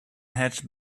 had